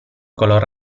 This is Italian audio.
color